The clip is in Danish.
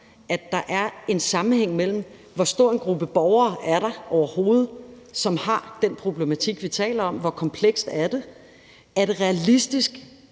at der er en sammenhæng mellem, hvor stor en gruppe borgere der overhovedet er med den problematik, vi taler om – hvor komplekst er det? – og